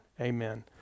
Amen